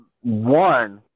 one